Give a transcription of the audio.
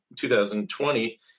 2020